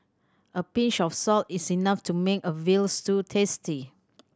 a pinch of salt is enough to make a veal stew tasty